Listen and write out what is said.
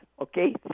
okay